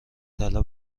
طلا